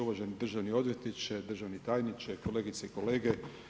Uvaženi državni odvjetniče, državni tajniče, kolegice i kolege.